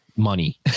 Money